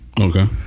Okay